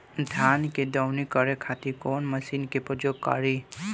धान के दवनी करे खातिर कवन मशीन के प्रयोग करी?